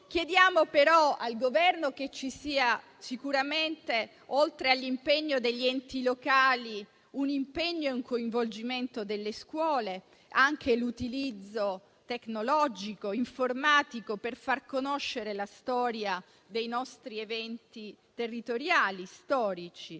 Chiediamo però al Governo che ci siano, oltre all'impegno degli enti locali, anche un impegno e un coinvolgimento delle scuole e l'utilizzo tecnologico e informatico per far conoscere la storia dei nostri eventi territoriali storici.